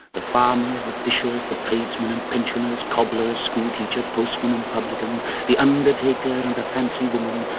the farmers, the fishers, the tradesmen and pensioners, cobbler, schoolteacher, postman and publican, the undertaker and the fancy woman,